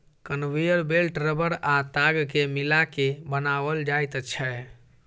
conveyor belt रबड़ आ ताग के मिला के बनाओल जाइत छै